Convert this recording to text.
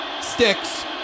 sticks